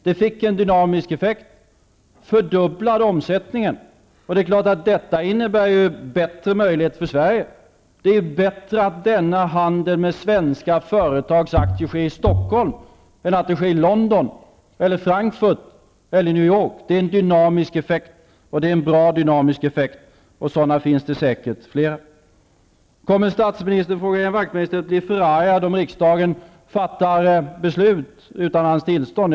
Det fick en dynamisk effekt: det fördubblade omsättningen. Det är klart att detta innebär bättre möjligheter för Sverige. Det är bättre att denna handel med svenska företags aktier sker i Stockholm än att den sker i London, Frankfurt eller New York. Det är en dynamisk effekt, och det är en bra dynamisk effekt, och sådana finns det säkert flera. Kommer statsministern, frågade Ian Wachtmeister, att bli förargad om riksdagen fattar beslut utan hans tillstånd.